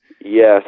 Yes